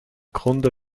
grunde